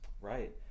Right